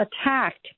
attacked